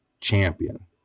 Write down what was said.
champion